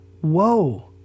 whoa